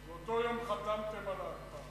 באותו יום חתמתם על ההקפאה.